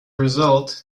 result